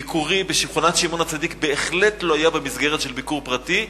ביקורי בשכונת שמעון-הצדיק בהחלט לא היה במסגרת של ביקור פרטי,